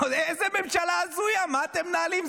איזו ממשלה הזויה, מה אתם מנהלים?